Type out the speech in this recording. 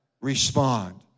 respond